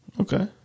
Okay